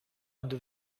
under